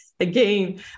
Again